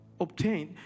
obtain